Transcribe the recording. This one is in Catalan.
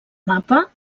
mapa